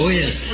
yes